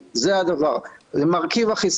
שזה 2,800. 6,000 שקל הוא משלם.